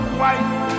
white